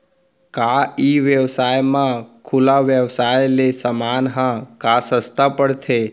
का ई व्यवसाय म खुला व्यवसाय ले समान ह का सस्ता पढ़थे?